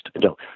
no